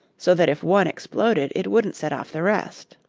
so that if one exploded it wouldn't set off the rest.